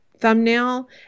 thumbnail